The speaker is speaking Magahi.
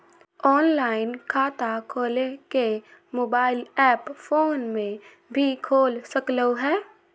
ऑनलाइन खाता खोले के मोबाइल ऐप फोन में भी खोल सकलहु ह?